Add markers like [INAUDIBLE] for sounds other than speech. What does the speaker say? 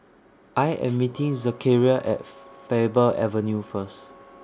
I Am meeting [NOISE] Zechariah At Faber Avenue First